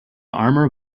armor